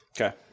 Okay